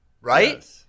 right